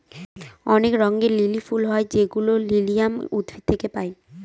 অনেক রঙের লিলি ফুল হয় যেগুলো লিলিয়াম উদ্ভিদ থেকে পায়